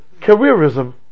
Careerism